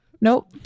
nope